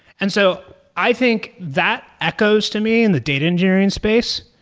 and so i think that echoes to me in the data engineering space,